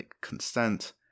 consent